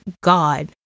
God